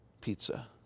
Pizza